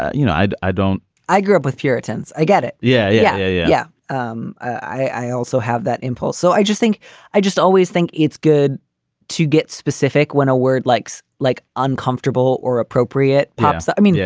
you know, i'd i don't i grew up with puritans. i get it. yeah yeah, yeah, yeah. um i i also have that impulse. so i just think i just always think it's good to get specific when a word likes like uncomfortable or appropriate pops. i i mean, yeah